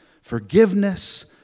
forgiveness